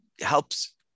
helps